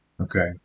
okay